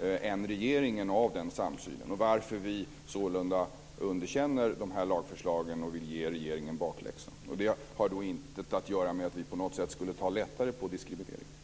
än regeringen av denna samsyn och varför vi sålunda underkänner lagförslagen och ger regeringen bakläxa. Det har inte att göra med att vi på något sätt skulle ta lättare på diskrimineringen.